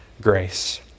grace